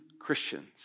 Christians